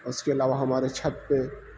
اس کے علاوہ ہمارے چھت پہ